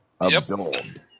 Absorbed